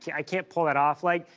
i can't pull it off. like,